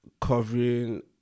covering